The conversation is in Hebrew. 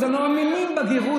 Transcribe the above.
הם גם לא מאמינים בגרות,